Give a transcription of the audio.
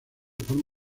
forma